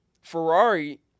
Ferrari